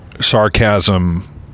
sarcasm